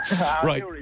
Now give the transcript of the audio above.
right